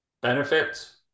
benefits